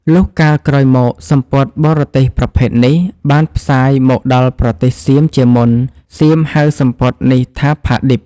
លុះកាលក្រោយមក សំពត់បរទេសប្រភេទនេះ បានផ្សាយមកដល់ប្រទេសសៀមជាមុន សៀមហៅសំពត់នេះថា ផាឌិប។